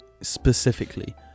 specifically